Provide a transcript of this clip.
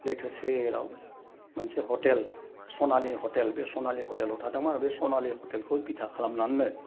लैथो सेराव मोनसे हटेल सनालि हटेल बे सनालि हटेलाव थादोंमोन आरो सनालि हटेलखौ बिथा खालामनानैनो